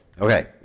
Okay